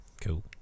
cool